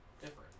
different